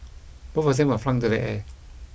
both of them were flung into the air